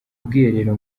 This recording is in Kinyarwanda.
bwiherero